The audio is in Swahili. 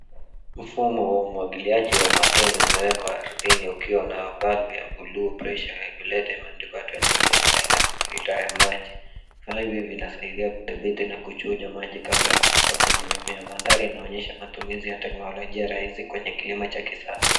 Mfumo wa umwagiliaji wa matone umewekwa ardhini ukiwa na valve ya bluu pressure regulator imeandikwa 20 PSI na filter ya maji. Vifaa hivyo vinasaidia kudhibiti na kuchuja maji kabla kwenye mimea. Mandhari inaonyesha matumizi ya teknolojia rahisi kwenye kilimo cha kisasa.